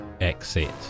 exit